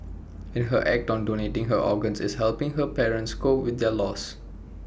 and her act on donating her organs is helping her parents cope with their loss